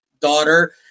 daughter